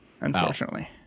unfortunately